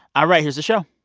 all right. here's the show